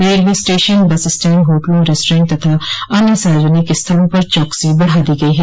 railway station bus stand होटलों restaurant अन्य सार्वजनिक स्थलों पर चौकसी बढ़ा दी गई है